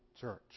church